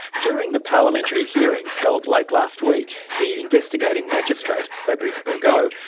during the parliamentary hearings held late last week, the investigating magistrate, fabrice burgaud,